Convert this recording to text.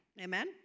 Amen